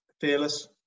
Fearless